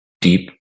deep